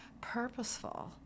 purposeful